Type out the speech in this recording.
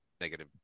negative